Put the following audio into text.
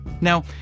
Now